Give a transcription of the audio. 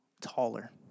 taller